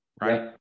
right